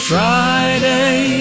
Friday